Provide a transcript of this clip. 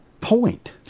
point